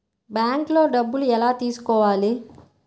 బ్యాంక్లో డబ్బులు ఎలా తీసుకోవాలి?